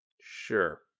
Sure